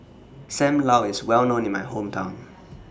SAM Lau IS Well known in My Hometown